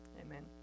Amen